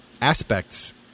aspects